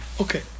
Okay